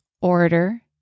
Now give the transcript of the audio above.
order